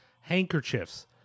handkerchiefs